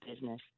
business